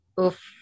Oof